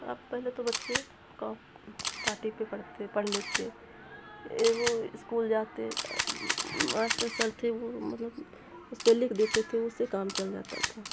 अब पहले तो बच्चे पाटी पे पढ़ते पढ़ लेते ए वो इस्कूल जाते मास्टर सर थे वो मतलब उसपे लिख देते थे उससे काम चल जाता था